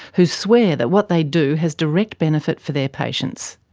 who swear that what they do has direct benefit for their patients.